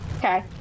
Okay